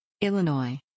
Illinois